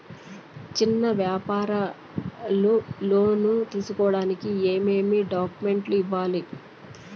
చిన్న వ్యాపారులు లోను తీసుకోడానికి ఏమేమి డాక్యుమెంట్లు ఇవ్వాలి?